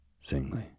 singly